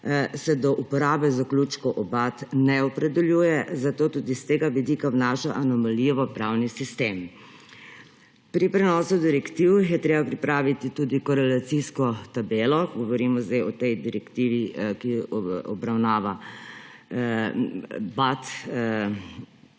se do uporabe zaključkov BAT ne opredeljuje, zato tudi s tega vidika vnaša anomalijo v pravni sistem. Pri prenosu direktiv je treba pripraviti tudi korelacijsko tabelo – govorimo sedaj o tej direktivi, ki obravnava BAT